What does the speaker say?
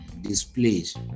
displaced